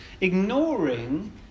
ignoring